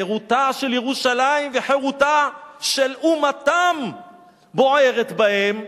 חירותה של ירושלים, חירותה של אומתם בוערת בהם,